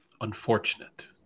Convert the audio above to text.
unfortunate